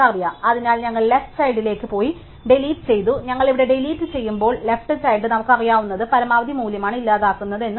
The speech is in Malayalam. അതിനാൽ ഞങ്ങൾ ലെഫ്റ് ചൈൽഡ് ലേക്ക് പോയി ഡിലീറ്റ് ചെയ്തു ഞങ്ങൾ ഇവിടെ ഡിലീറ്റ് ചെയ്യുമ്പോൾ ലെഫ്റ് ചൈൽഡ് നമുക്ക് അറിയാവുന്നത് പരമാവധി മൂല്യമാണ് ഇല്ലാതാക്കുന്നത് എന്ന് ഓർക്കുന്നു